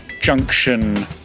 junction